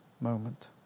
moment